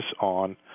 on